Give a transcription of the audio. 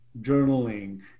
journaling